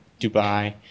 Dubai